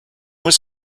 was